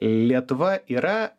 lietuva yra